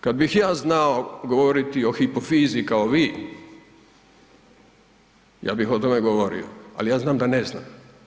Kad bih ja znao govoriti o hipofizi kao vi ja bih o tome govorio, ali ja znam da ne znam.